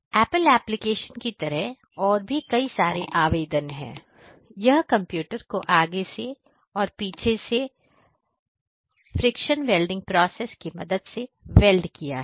Apple application की तरह और भी कई सारे आवेदन है यह कंप्यूटर को आगे से और पीछे से फ्रिक्शन वेल्डिंग प्रोसेस के मदद से वेल्ड किया है